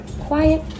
quiet